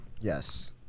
Yes